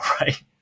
Right